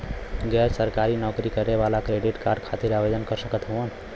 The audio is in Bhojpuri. गैर सरकारी नौकरी करें वाला क्रेडिट कार्ड खातिर आवेदन कर सकत हवन?